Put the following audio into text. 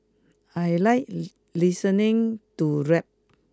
I like listening to rap